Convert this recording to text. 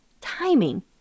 Timing